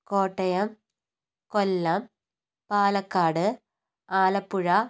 Kottayam Kollam Palakkad Alappuzha